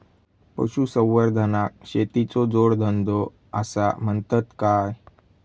पशुसंवर्धनाक शेतीचो जोडधंदो आसा म्हणतत काय?